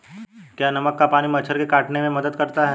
क्या नमक का पानी मच्छर के काटने में मदद करता है?